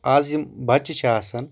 اَز یِم بَچہ چھِ آسان